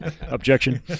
objection